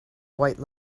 white